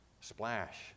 splash